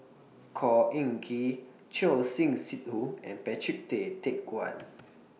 Khor Ean Ghee Choor Singh Sidhu and Patrick Tay Teck Guan